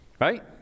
Right